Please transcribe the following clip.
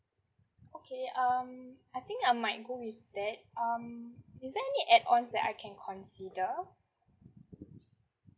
okay um I think I might go with that um is there any add ons that I can consider